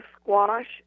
squash